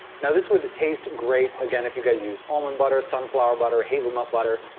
now this would taste great again if you guys use almond butter, sunflower butter, hazelnut butter,